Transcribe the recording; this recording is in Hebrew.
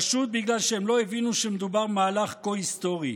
פשוט בגלל שהם לא הבינו שמדובר במהלך כה היסטורי.